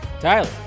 Tyler